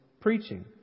preaching